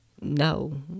no